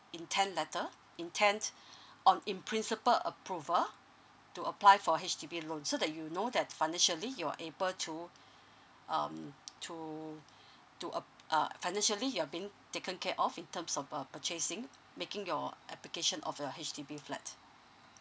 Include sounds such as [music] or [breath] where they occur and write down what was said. intend letter intend [breath] on in principle approval to apply for H_D_B loan so that you know that financially you're able to um to [breath] to ap~ uh financially you're being taken care of in terms of uh purchasing making your application of your H_D_B flat